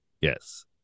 Yes